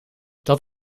dat